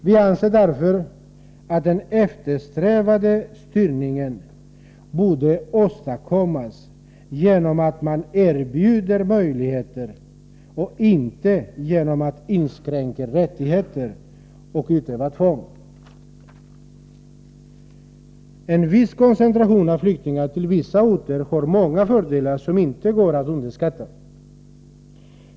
Vi anser därför att den eftersträvade styrningen borde åstadkommas genom att man erbjuder möjligheter och inte genom att man inskränker rättigheter och utövar tvång. En viss koncentration av flyktingar till vissa orter har många fördelar som inte skall underskattas.